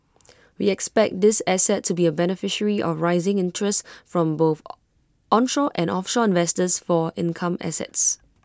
we expect this asset to be A beneficiary of rising interests from both onshore and offshore investors for income assets